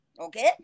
okay